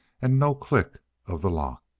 and no click of the lock.